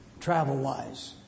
travel-wise